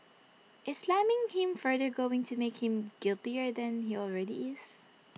is slamming him further going to make him guiltier than he already is